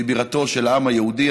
והיא בירתו של העם היהודי.